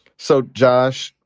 so, josh,